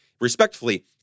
respectfully